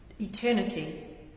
eternity